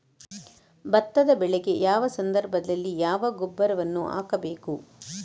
ಭತ್ತದ ಬೆಳೆಗೆ ಯಾವ ಸಂದರ್ಭದಲ್ಲಿ ಯಾವ ಗೊಬ್ಬರವನ್ನು ಹಾಕಬೇಕು?